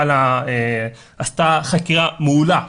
--- עשתה חקירה מעולה,